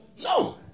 No